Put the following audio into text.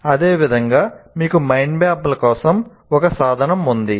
అదేవిధంగా మీకు మైండ్ మ్యాప్ల కోసం ఒక సాధనం ఉంది